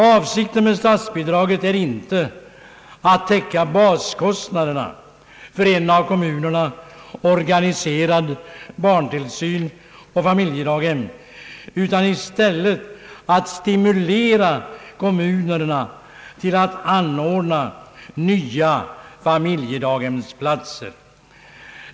Avsikten med statsbidraget är inte att täcka baskostnaderna för en av kommunerna organiserad barntillsyn i familjedaghem, utan i stället att stimulera kommunerna till att anordna nya familjedaghemsplatser.